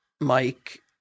Mike